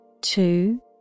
two